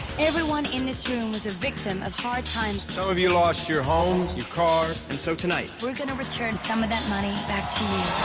everyone in this room was a victim of hard times. some of you lost your homes, your cars. and so tonight, we're going to return some of that money back to